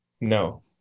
no